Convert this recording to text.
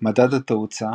מדד התאוצה